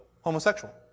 homosexual